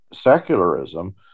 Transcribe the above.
secularism